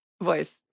voice